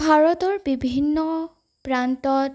ভাৰতৰ বিভিন্ন প্ৰান্তত